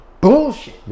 Bullshit